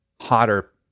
hotter